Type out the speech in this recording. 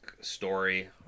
story